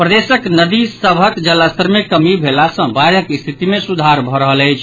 प्रदेशक नदी सभक जलस्तर मे कमि भेला सँ बाढ़िक स्थिति मे सुधार भऽ रहल अछि